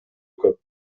көп